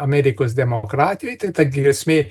amerikos demokratijai tai ta grėsmė